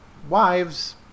Wives